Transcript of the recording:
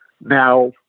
now